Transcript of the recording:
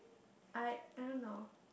I I don't know